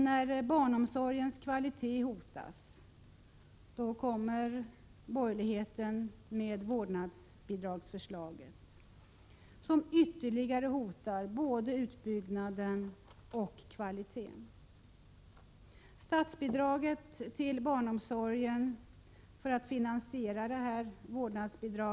När barnomsorgens kvalitet hotas kommer borgerligheten med sitt förslag till vårdnadsbidrag, som ytterligare hotar både utbyggnaden och kvaliteten. Statsbidraget till barnomsorgen skall minska med 12 000 kr.